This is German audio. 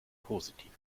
positiv